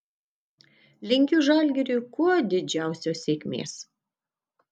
linkiu žalgiriui kuo didžiausios sėkmės